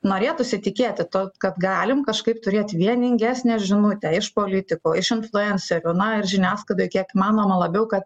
norėtųsi tikėti to kad galim kažkaip turėti vieningesnę žinutę iš politikų iš influencerių na ir žiniasklaidoj kiek įmanoma labiau kad